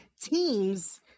teams